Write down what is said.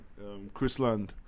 Chrisland